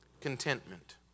contentment